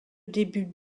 début